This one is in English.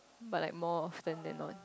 but like more often than not